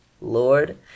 lord